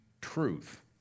truth